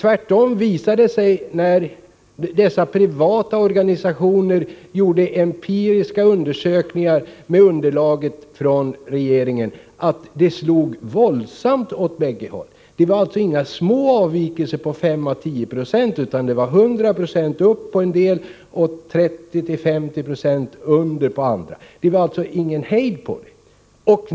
När de privata organisationerna på bostadsområdet gjorde empiriska undersökningar med underlaget från regeringen visade det sig tvärtom att förslaget slog våldsamt åt båda håll. Det var inga små avvikelser på 5 äå 10 90, utan 100 96 upp på en del och 30-50 26 under på andra. Det var alltså ingen hejd på avvikelserna.